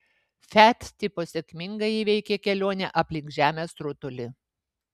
fiat tipo sėkmingai įveikė kelionę aplink žemės rutulį